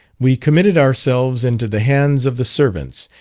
we committed ourselves into the hands of the servants,